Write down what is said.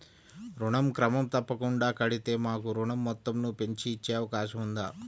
ఋణం క్రమం తప్పకుండా కడితే మాకు ఋణం మొత్తంను పెంచి ఇచ్చే అవకాశం ఉందా?